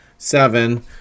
seven